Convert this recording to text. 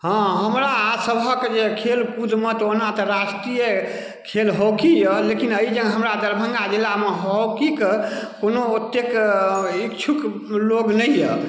हँ हमरासभक जे खेल कूदमे तऽ ओना तऽ राष्ट्रीय खेल हॉकी यऽ लेकिन एहि जगह हमरा दरभङ्गा जिलामे हॉकीके कोनो ओतेक इच्छुक लोग नहि यऽ